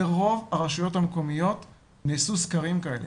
ברוב הרשויות המקומיות נעשו סקרים כאלה,